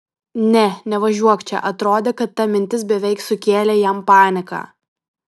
ne nevažiuok čia atrodė kad ta mintis beveik sukėlė jam paniką